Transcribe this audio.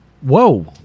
Whoa